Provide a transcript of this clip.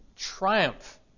Triumph